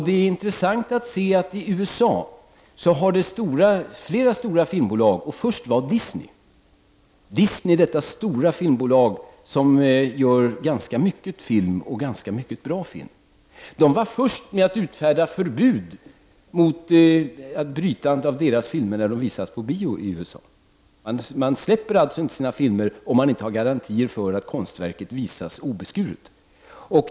Det är intressant att se att flera stora filmbolag i USA har utfärdat förbud mot avbrytande av sina filmer när de visas på bio i USA. Först bland dessa bolag var Disney Productions, detta stora filmbolag som gör ganska mycket film och även ganska mycket bra film. Man släpper alltså inte ut sina filmer, om man inte har garantier för att konstverket visas obeskuret.